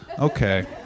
Okay